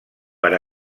per